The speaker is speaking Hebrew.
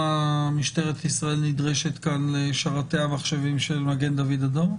משטרת ישראל נדרשת כאן לשרתי המחשבים של מגן דוד אדום?